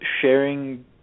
sharing